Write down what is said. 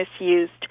misused